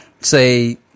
say